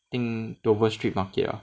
in dover street market